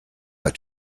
that